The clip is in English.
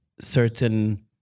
certain